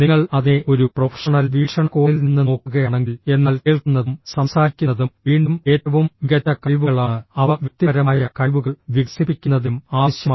നിങ്ങൾ അതിനെ ഒരു പ്രൊഫഷണൽ വീക്ഷണകോണിൽ നിന്ന് നോക്കുകയാണെങ്കിൽ എന്നാൽ കേൾക്കുന്നതും സംസാരിക്കുന്നതും വീണ്ടും ഏറ്റവും മികച്ച കഴിവുകളാണ് അവ വ്യക്തിപരമായ കഴിവുകൾ വികസിപ്പിക്കുന്നതിനും ആവശ്യമാണ്